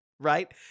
right